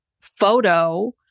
photo